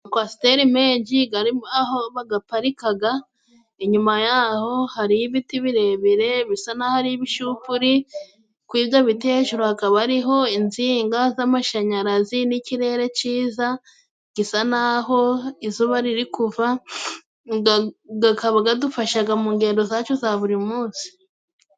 Amakwasiteri menji gari aho bagaparikaga inyuma yaho hariho ibiti birebire bisa n'aho ibishupuri ,kuri ibyo biti hejuru hakaba hariho inzinga z'amashanyarazi n'ikirere ciza gisa n'aho izuba riri kuva ,gakaba gadufashaga mu ngendo zacu za buri munsi.